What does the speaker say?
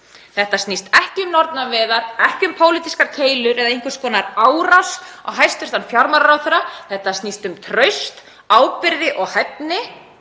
Þetta snýst ekki um nornaveiðar, ekki um pólitískar keilur eða einhvers konar árás á hæstv. fjármálaráðherra. Þetta snýst um traust, ábyrgð og hæfni.